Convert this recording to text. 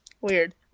Weird